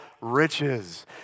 riches